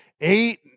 eight